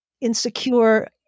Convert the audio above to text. insecure